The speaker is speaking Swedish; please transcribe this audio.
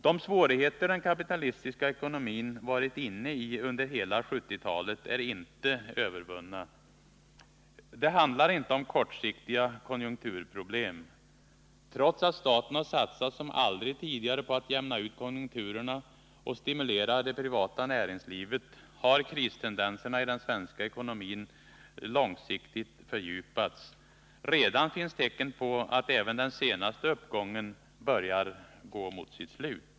De svårigheter den kapitalistiska ekonomin varit inne i under hela 1970-talet är inte övervunna. Det handlar inte om kortsiktiga konjunkturproblem. Trots att staten har satsat som aldrig tidigare på att jämna ut konjunkturerna och stimulera det privata näringslivet har kristendenserna i den svenska ekonomin långsiktigt fördjupats. Redan finns tecken på att även den senaste uppgången börjar gå mot sitt slut.